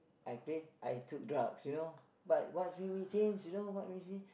I play I took drugs you know but what's make me change you know what's make me